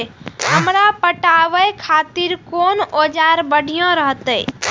हमरा पटावे खातिर कोन औजार बढ़िया रहते?